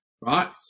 right